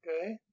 okay